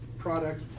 product